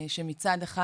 שמצד אחד,